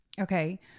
Okay